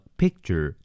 picture